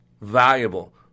valuable